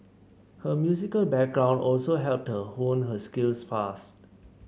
her musical background also helped her hone her skills fast